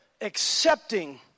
accepting